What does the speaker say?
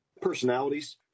Personalities